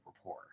rapport